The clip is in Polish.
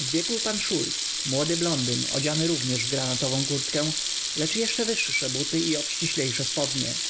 wbiegł pan szulc młody blondyn odziany również w granatową kurtkę lecz jeszcze wyższe buty i obciślejsze spodnie